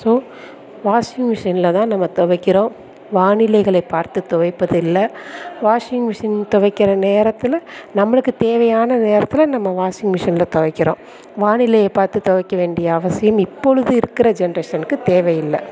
so துவைக்கிறோம் வானிலைகளை பார்த்து துவைப்பதில்ல வாஷிங் மிஷின் துவைக்கிற நேரத்தில் நம்மளுக்கு தேவையான நேரத்தில் நம்ம வாஷிங்மிஷின்ல துவைக்கிறோம் வானிலையை பார்த்து துவைக்க வேண்டிய அவசியம் இப்பொழுது இருக்கிற ஜென்ரேஷன்க்கு தேவயில்லை